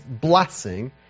blessing